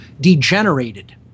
degenerated